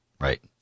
right